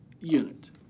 unit.